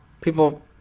people